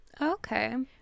Okay